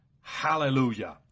Hallelujah